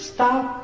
Stop